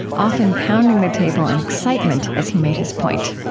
often pounding the table in excitement as he made his point